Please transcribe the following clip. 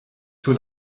sur